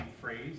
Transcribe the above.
phrase